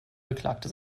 beklagte